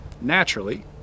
Naturally